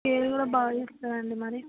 care కూడా బాగా చేస్తారండి మరి